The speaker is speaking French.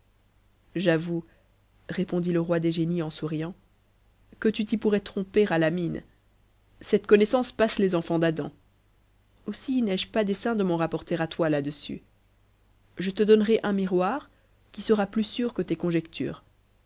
j'avoue répondit le roi des génies en souriant que tu t'y y pourrais tromper à la mine cette connaissance passe les enfants d'adam aussi n'ai-je pas dessein de m'en rapporter à toi là-dessus je te donnerai un miroir qui sera plus sûr que tes conjectures